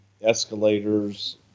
escalators